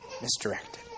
misdirected